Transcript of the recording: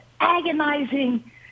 agonizing